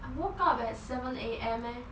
I woke up at seven A_M eh